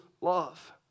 love